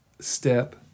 step